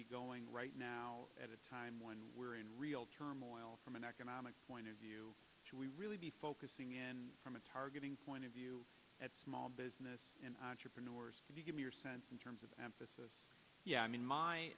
be going right now at a time when we're in real turmoil from an economic point of view to really be focusing in from a targeting point of view at small business and entrepreneurs and you get your sense in terms of emphasis yeah i mean my